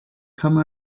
come